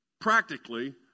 practically